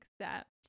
accept